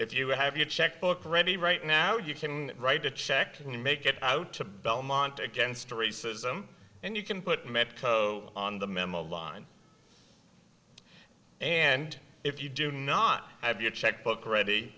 if you have your checkbook ready right now you can write a check to make it out to belmont against racism and you can put medco on the memo line and if you do not have your checkbook ready